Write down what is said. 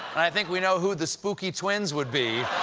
i think we know who the spooky twins would be.